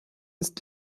ist